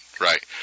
right